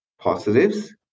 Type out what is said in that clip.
positives